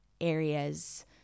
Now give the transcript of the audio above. areas